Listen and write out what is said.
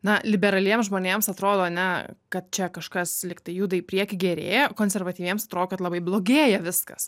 na liberaliems žmonėms atrodo ne kad čia kažkas lygtai juda į priekį gerėja konservatyviems atrodo kad labai blogėja viskas